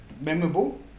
memorable